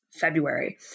February